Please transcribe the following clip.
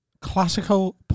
classical